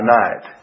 night